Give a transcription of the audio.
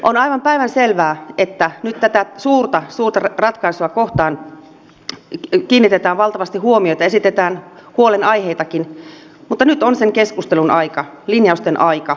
on aivan päivänselvää että nyt tätä suurta suurta ratkaisua kohtaan kiinnitetään valtavasti huomiota esitetään huolenaiheitakin mutta nyt on sen keskustelun aika linjausten aika